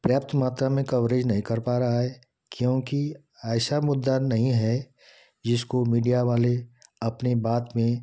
व्यापक मात्रा में कवरेज नहीं कर पा रहा है क्योंकि ऐसा मुद्दा नहीं है जिसको मीडिया वाले अपनी बात में